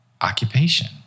occupation